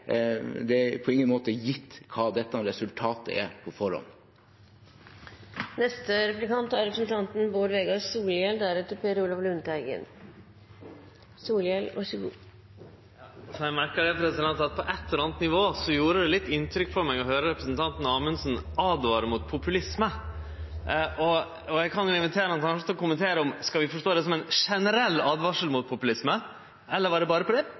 det er på ingen måte gitt hva resultatet er, på forhånd. Eg har merka at på eit eller anna nivå gjorde det litt inntrykk på meg å høyre representanten Amundsen åtvare mot populisme. Eg kan jo invitere han – om han har lyst – til å kommentere om skal vi forstå det som ei generell åtvaring mot populisme, eller var det berre med omsyn til det